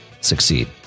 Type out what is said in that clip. succeed